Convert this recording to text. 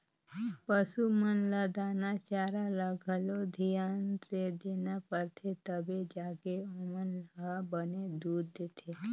पसू मन ल दाना चारा ल घलो धियान से देना परथे तभे जाके ओमन ह बने दूद देथे